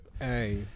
Hey